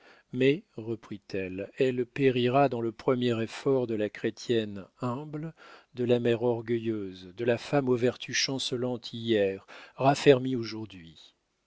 mais reprit-elle elle périra dans le premier effort de la chrétienne humble de la mère orgueilleuse de la femme aux vertus chancelantes hier raffermies aujourd'hui